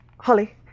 holly